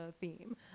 theme